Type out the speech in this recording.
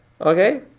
Okay